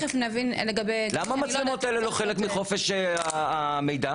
למה המצלמות האלה לא חלק מחופש המידע?